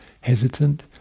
hesitant